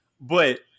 but-